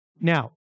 Now